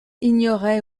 ignorait